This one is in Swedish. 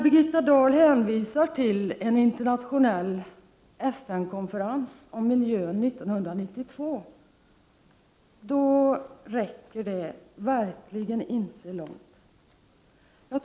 Birgitta Dahl hänvisar till en internationell FN-konferens 1992 om miljön, och det räcker verkligen inte långt.